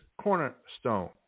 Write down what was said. cornerstone